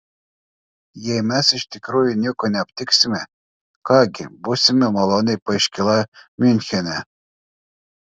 jei mes iš tikrųjų nieko neaptiksime ką gi būsime maloniai paiškylavę miunchene